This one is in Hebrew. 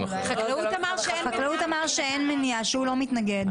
משרד החקלאות אמר שאין מניעה, שהוא לא מתנגד.